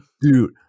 dude